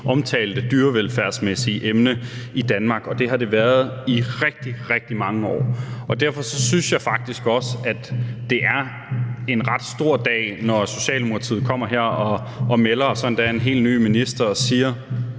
omtalte dyrevelfærdsmæssige emne i Danmark, og det har det været i rigtig, rigtig mange år. Derfor synes jeg faktisk også, at det er en ret stor dag, når Socialdemokratiet og så endda en helt ny minister kommer